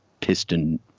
piston